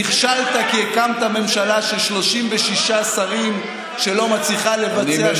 נכשלת כי הקמת ממשלה של 36 שרים שלא מצליחה לבצע שום דבר.